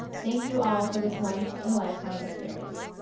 thank you all for this once-in-a-lifetime experience.